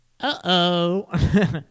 Uh-oh